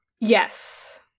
Yes